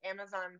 amazon